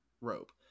rope